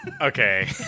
Okay